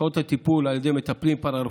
שעות הטיפול על ידי מטפלים פארה-רפואיים